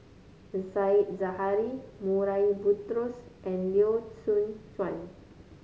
Said Zahari Murray Buttrose and Teo Soon Chuan